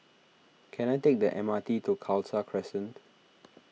can I take the M R T to Khalsa Crescent